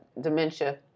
Dementia